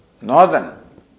Northern